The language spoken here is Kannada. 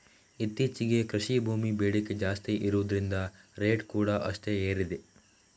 ಇತ್ತೀಚೆಗೆ ಕೃಷಿ ಭೂಮಿ ಬೇಡಿಕೆ ಜಾಸ್ತಿ ಇರುದ್ರಿಂದ ರೇಟ್ ಕೂಡಾ ಅಷ್ಟೇ ಏರಿದೆ